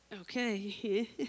Okay